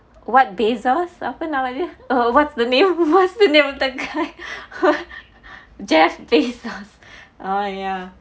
what bezos apa nama eh what's the name what's the name of the guy jeff bezos